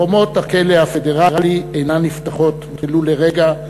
חומות הכלא הפדרלי אינן נפתחות ולו לרגע,